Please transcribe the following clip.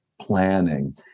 planning